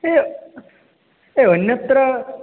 hey